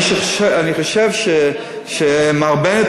אני חושב שמר בנט,